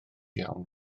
iawn